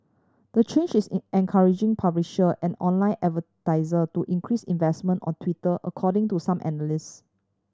the change is encouraging publisher and online advertiser to increase investment on Twitter according to some analyst